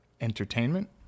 entertainment